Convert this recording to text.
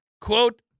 Quote